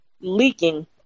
leaking